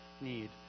need